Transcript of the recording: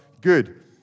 good